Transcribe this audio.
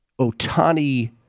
Otani